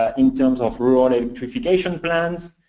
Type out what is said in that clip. ah in terms of rural and electrification plans,